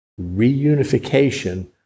reunification